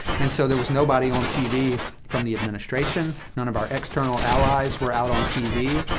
and so there was nobody on tv from the administration none of our external allies were out on tv,